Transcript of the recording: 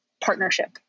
partnership